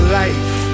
life